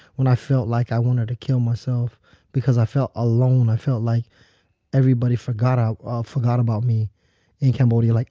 when i felt like i wanted to kill myself because i felt alone, i felt like everybody forgot ah ah forgot about me in cambodia. like